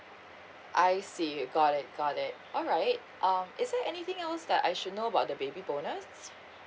I see got it got it alright um is there anything else that I should know about the baby bonus yes